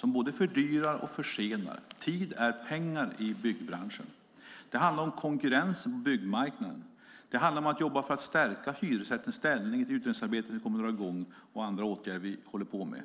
De både fördyrar och försenar. Tid är pengar i byggbranschen. Det handlar om konkurrensen på byggmarknaden. Det handlar om att jobba för att stärka hyresrättens ställning. Ett utredningsarbete ska dras i gång, och vi håller på med andra åtgärder.